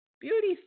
Beauty